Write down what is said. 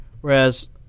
Whereas